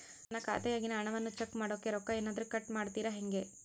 ನನ್ನ ಖಾತೆಯಾಗಿನ ಹಣವನ್ನು ಚೆಕ್ ಮಾಡೋಕೆ ರೊಕ್ಕ ಏನಾದರೂ ಕಟ್ ಮಾಡುತ್ತೇರಾ ಹೆಂಗೆ?